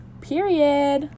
Period